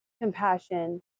compassion